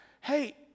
hey